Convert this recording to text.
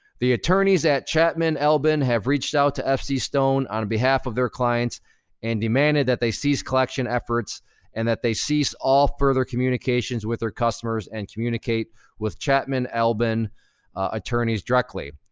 the attorneys at chapmanalbin have reached out to fcstone on behalf of their clients and demanded that they cease collection efforts and that they cease all further communications with their customers and communicate with chapmanalbin attorneys directly.